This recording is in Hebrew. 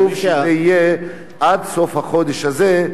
חשוב שזה יהיה עד סוף החודש הזה,